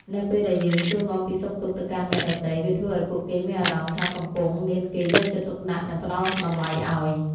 នៅពេលដែលយើងសួរនាំពីសុខទុក្ខទៅកាន់អ្នកដទៃវាធ្វើឱ្យពួកគេមានអារម្មណ៍ថាកំពុងមានគេយកចិត្តទុកដាក់និងផ្តល់តម្លៃឱ្យ។